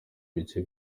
bice